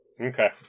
Okay